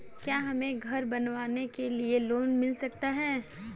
क्या हमें घर बनवाने के लिए लोन मिल सकता है?